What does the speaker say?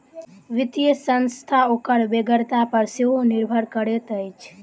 वित्तीय संस्था ओकर बेगरता पर सेहो निर्भर करैत अछि